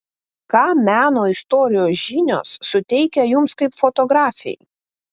ką meno istorijos žinios suteikia jums kaip fotografei